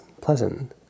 pleasant